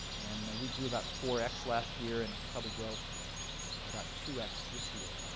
and we grew about four x last year, and probably grow about two x this year.